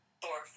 four